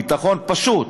ביטחון פשוט,